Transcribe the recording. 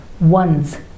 ones